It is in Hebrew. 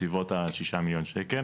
בסביבות ה-6 מיליון שקל